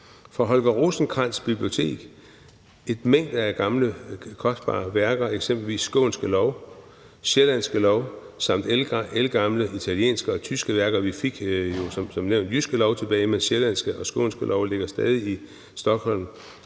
Fra Holger Rosenkratz' bibliotek er der en mængde gamle kostbare værker, eksempelvis Skånske Lov, Sjællandske Lov samt ældgamle italienske og tyske værker. Vi fik jo som nævnt Jyske Lov tilbage, men Sjællandske og Skånske Lov ligger stadig i Stockholm.